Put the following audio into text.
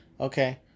Okay